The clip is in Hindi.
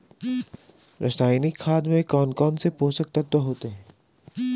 रासायनिक खाद में कौन कौन से पोषक तत्व होते हैं?